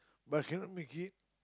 but cannot make it